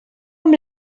amb